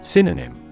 Synonym